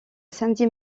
samedi